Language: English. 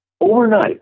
overnight